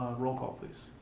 role call please.